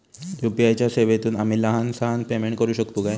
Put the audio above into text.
UPI च्या सेवेतून आम्ही लहान सहान पेमेंट करू शकतू काय?